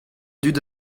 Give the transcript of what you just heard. dud